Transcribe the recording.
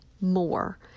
more